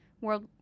World